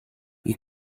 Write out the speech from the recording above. you